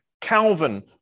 Calvin